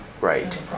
Right